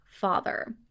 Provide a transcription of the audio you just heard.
father